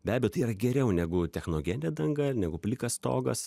be abejo tai yra geriau negu technogenė danga negu plikas stogas